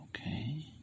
okay